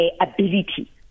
ability